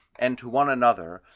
and to one another,